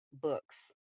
books